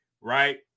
right